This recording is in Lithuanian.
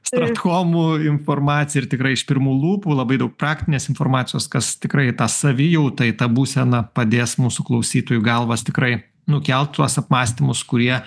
stratkomų informaciją ir tikrai iš pirmų lūpų labai daug praktinės informacijos kas tikrai į tą savijautą į tą būseną padės mūsų klausytojų galvas tikrai nukelt tuos apmąstymus kurie